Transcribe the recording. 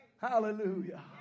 Hallelujah